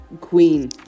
Queen